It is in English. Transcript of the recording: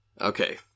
Okay